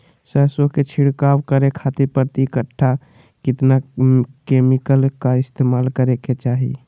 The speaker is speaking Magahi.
सरसों के छिड़काव करे खातिर प्रति कट्ठा कितना केमिकल का इस्तेमाल करे के चाही?